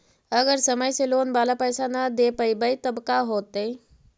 अगर समय से लोन बाला पैसा न दे पईबै तब का होतै?